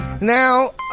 Now